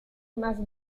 más